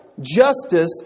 justice